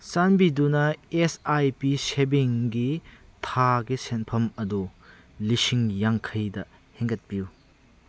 ꯆꯥꯟꯕꯤꯗꯨꯅ S I P ꯁꯦꯚꯤꯡꯒꯤ ꯊꯥꯒꯤ ꯁꯦꯟꯐꯝ ꯑꯗꯨ ꯂꯤꯁꯤꯡ ꯌꯥꯡꯈꯩꯗ ꯍꯦꯟꯒꯠꯄꯤꯌꯨ